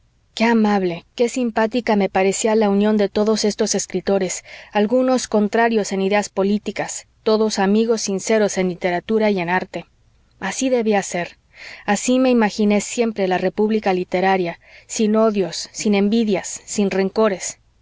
qué amable qué simpática me parecía la unión de todos estos escritores algunos contrarios en ideas políticas todos amigos sinceros en literatura y en arte así debía ser así me imaginé siempre la república literaria sin odios sin envidias sin rencores